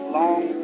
long